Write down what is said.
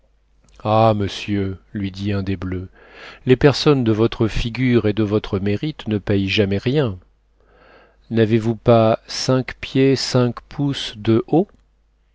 ah monsieur lui dit un des bleus les personnes de votre figure et de votre mérite ne paient jamais rien n'avez-vous pas cinq pieds cinq pouces de haut